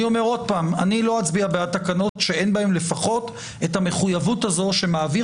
לא אצביע בעד תקנות שאין בהן לפחות המחויבות הזו שמעביר